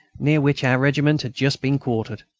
near which our regiment had just been quartered?